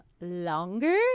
longer